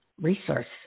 resource